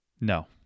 No